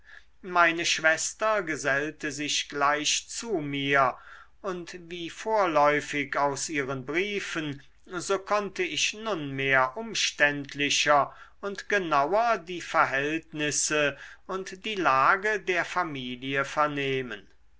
meine schwester gesellte sich gleich zu mir und wie vorläufig aus ihren briefen so konnte ich nunmehr umständlicher und genauer die verhältnisse und die lage der familie vernehmen